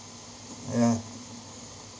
ya